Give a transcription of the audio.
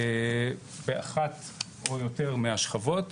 באחת או יותר מהשכבות,